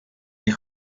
die